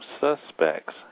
suspects